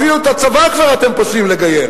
אפילו את הצבא אתם כבר פוסלים מלגייר,